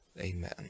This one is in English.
Amen